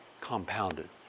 compounded